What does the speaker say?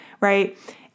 right